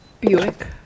Buick